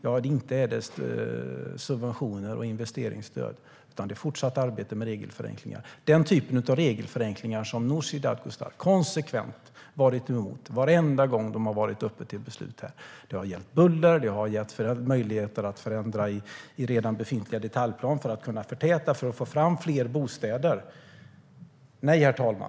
Det är inte subventioner och investeringsstöd, utan det är fortsatt arbete med regelförenklingar. Det är den typen av regelförenklingar som Nooshi Dadgostar konsekvent varit emot varenda gång de har varit uppe till beslut. Det har gällt buller och möjligheter att förändra i redan befintlig detaljplan för att kunna förtäta och få fram fler bostäder. Herr talman!